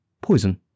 Poison